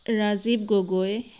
Rajiv Gogoi